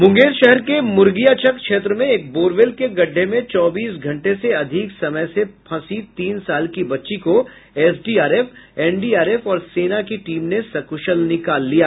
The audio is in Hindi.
मुंगेर शहर के मुर्गियाचक क्षेत्र में एक बोरवेल के गड्ढे में चौबीस घंटे से अधिक समय से फंसी तीन साल की बच्ची को एसडीआरएफ एनडीआरएफ और सेना की टीम ने सकुशल निकाल लिया